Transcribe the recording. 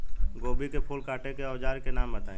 गोभी के फूल काटे के औज़ार के नाम बताई?